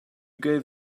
gave